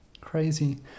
crazy